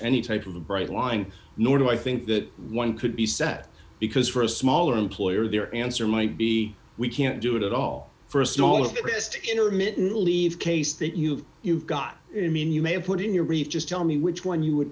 any type of a bright line nor do i think that one could be set because for a smaller employer their answer might be we can't do it at all st of all christy intermittent leave case that you've you've got mean you may have put in your brief just tell me which one you would